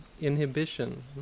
inhibition